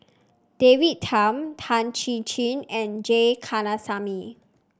David Tham Tan Chin Chin and J Kandasamy